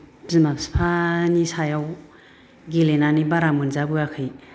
बिमा बिफानि सायाव गेलेनानै बारा मोनजा बोयाखै